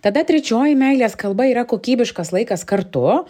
tada trečioji meilės kalba yra kokybiškas laikas kartu